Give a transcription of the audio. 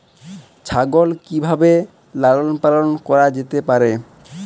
ছাগল কি ভাবে লালন পালন করা যেতে পারে?